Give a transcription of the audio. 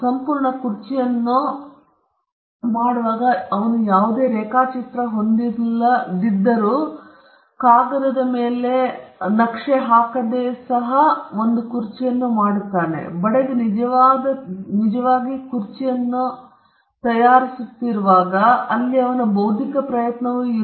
ಮತ್ತು ಅವನು ಸಂಪೂರ್ಣ ಕುರ್ಚಿಯನ್ನು ಸಹ ಅವನೊಂದಿಗೆ ಯಾವುದೇ ರೇಖಾಚಿತ್ರವನ್ನು ಹೊಂದಿರದಿದ್ದರೂ ಕಾಗದದ ಮೇಲೆ ಪೆನ್ ಹಾಕದೆಯೇ ಅಥವಾ ಇತರರ ಭಾವನೆ ಇಲ್ಲದಿದ್ದರೂ ಸಹ ಅವರಿಂದ ಹೊರಬರುವ ಒಂದು ರೀತಿಯ ಬೌದ್ಧಿಕ ಪ್ರಯತ್ನವಾಗಿದೆ